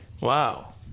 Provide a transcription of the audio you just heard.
wow